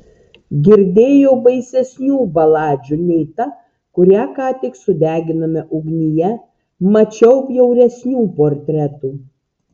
girdėjau baisesnių baladžių nei ta kurią ką tik sudeginome ugnyje mačiau bjauresnių portretų